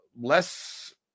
Less